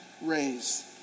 raised